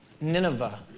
Nineveh